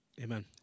Amen